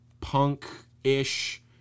punk-ish